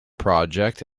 project